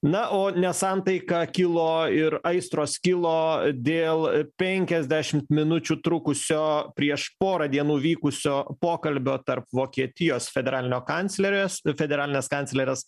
na o nesantaika kilo ir aistros kilo dėl penkiasdešimt minučių trukusio prieš porą dienų vykusio pokalbio tarp vokietijos federalinio kanclerės federalinės kanclerės